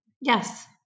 Yes